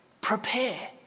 prepare